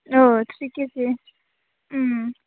औ थ्रि किजि उम